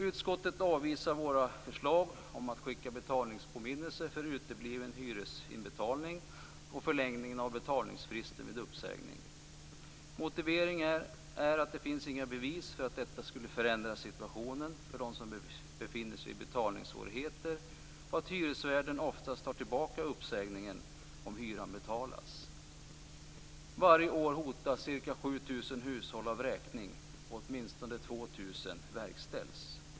Utskottet avvisar våra förslag om att skicka betalningspåminnelse för utebliven hyresinbetalning och förlängning av betalningsfristen vid uppsägning. Motiveringen är att det inte finns några bevis för att detta skulle förändra situationen för dem som befinner sig i betalningssvårigheter och att hyresvärden oftast tar tillbaka uppsägningen om hyran betalas. Varje år hotas ca 7 000 hushåll av vräkning och åtminstone 2 000 verkställs.